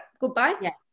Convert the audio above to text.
goodbye